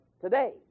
today